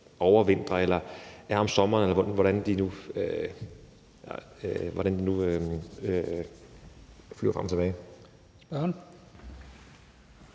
flokke jo overvintrer eller er om sommeren, eller hvordan de nu flyver frem og tilbage.